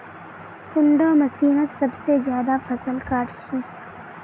कुंडा मशीनोत सबसे ज्यादा फसल काट छै?